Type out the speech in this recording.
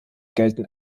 gelten